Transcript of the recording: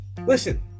Listen